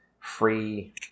free